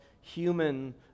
human